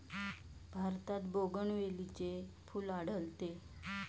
भारतात बोगनवेलीचे फूल आढळते